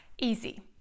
Easy